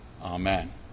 Amen